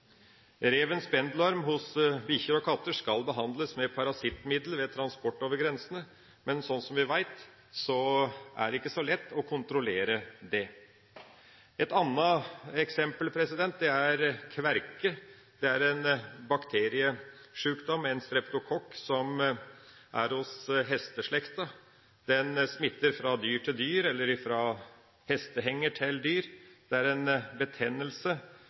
Revens bendelorm hos bikkjer og katter skal behandles med parasittmiddel ved transport over grensene, men som vi vet, er det ikke så lett å kontrollere det. Et annet eksempel er kverke. Det er en bakteriesjukdom, en streptokokk, som er i hesteslekten. Den smitter fra dyr til dyr eller fra hestehenger til dyr. Det er en betennelse